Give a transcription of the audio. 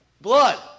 blood